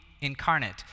incarnate